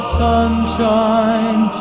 sunshine